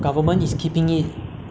to reinforce the new station